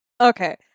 Okay